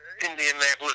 Indianapolis